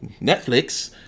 Netflix